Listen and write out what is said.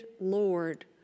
Lord